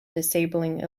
disabling